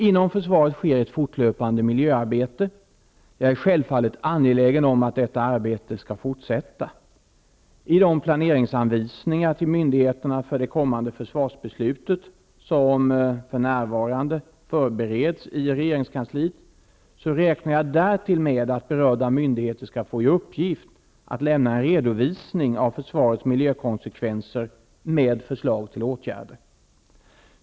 Inom försvaret sker ett fortlöpande miljöarbete. Jag är självfallet angelägen om att detta arbete skall fortskrida. I de planeringsanvisningar till myndigheterna för den kommande försvarsbeslutsperioden som för närvarande förbereds i regeringskansliet räknar jag därtill med att berörda myndigheter skall få i uppgift att lämna en redovisning av försvarets miljökonsekvenser med förslag till åtgärder.